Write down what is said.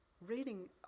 reading